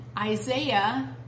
Isaiah